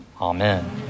Amen